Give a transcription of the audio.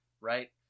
right